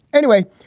anyway,